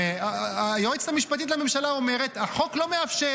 היועצת המשפטית לממשלה אומרת שהחוק לא מאפשר.